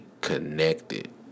connected